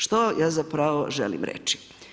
Što ja zapravo želim reći?